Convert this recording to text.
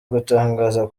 gutangaza